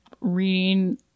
reading